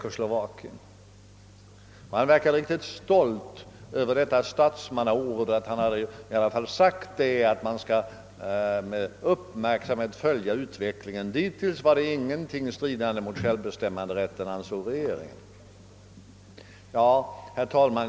Och utrikesministern verkade riktigt stolt över dessa statsmannaord, över att han i alla fall sagt att utvecklingen borde följas med uppmärksamhet. Fram till den aktuella tidpunkten hade ju ingenting inträffat som stred mot självbestämmanderätten.